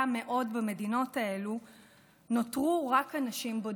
מאוד במדינות האלה נותרו רק אנשים בודדים.